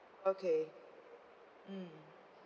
okay mm